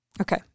Okay